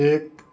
एक